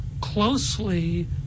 closely